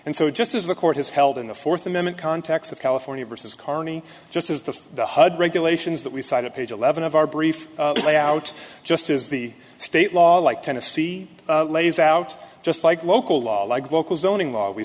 and so just as the court has held in the fourth amendment context of california versus carney just as the hud regulations that we cited page eleven of our brief lay out just as the state law like tennessee lays out just like local law like local zoning laws we